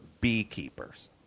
beekeepers